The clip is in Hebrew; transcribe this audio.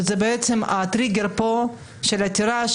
שבעצם הטריגר פה של העתירה,